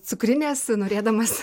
cukrinės norėdamas